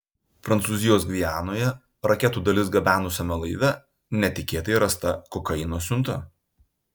prancūzijos gvianoje raketų dalis gabenusiame laive netikėtai rasta kokaino siunta